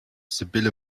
sibylle